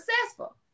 successful